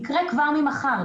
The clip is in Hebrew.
יקרה כבר ממחר,